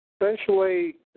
Essentially